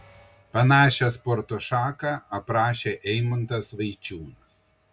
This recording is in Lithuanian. panašią sporto šaką aprašė eimuntas vaičiūnas